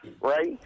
right